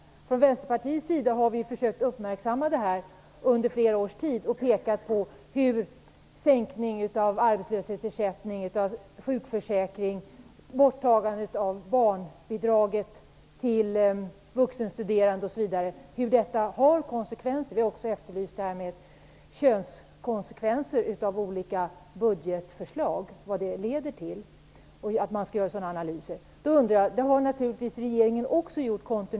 Vi har från Vänsterpartiets sida försökt uppmärksamma det här under flera års tid och pekat på konsekvenserna av sänkningen av arbetslöshetsersättning och av sjukersättning, borttagandet av barntillägget till vuxenstuderande osv. Vi har också efterlyst analyser av könskonsekvenser av olika budgetförslag. Regeringen har naturligtvis kontinuerligt gjort sådana.